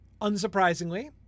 Unsurprisingly